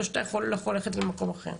זה לא שאתה יכול ללכת למקום אחר.